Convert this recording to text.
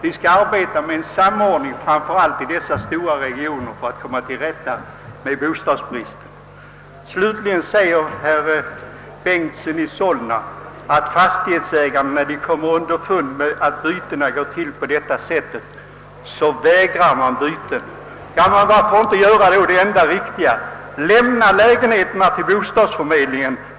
Vi måste samordna arbetet, framför allt i de stora regionerna, för att komma till rätta med bostadsbristen. Slutligen framhåller herr Bengtson att fastighetsägare vägrar godkänna lägenhetsbyten, när de kommer underfund med att dessa inte går riktigt till. Varför då inte göra det enda riktiga och lämna lägenheterna till bostadsförmedlingen?